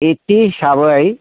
एपि हिसाबै